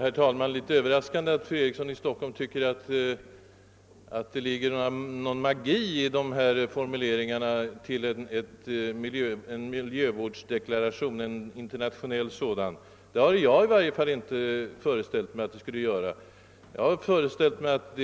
Herr talman! Det var något över raskande att höra att fru Eriksson i Stockholm tycker att det ligger magi i formuleringarna i den föreslagna internationella miljövårdsdeklarationen. Något sådant har i varje fall inte jag föreställt mig. Jag har utgått från att